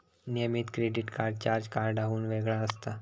नियमित credit card charge कार्डाहुन वेगळा असता